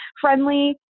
friendly